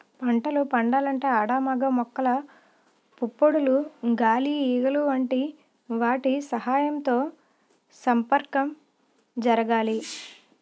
పంటలు పండాలంటే ఆడ మగ మొక్కల పుప్పొడులు గాలి ఈగలు వంటి వాటి సహాయంతో సంపర్కం జరగాలి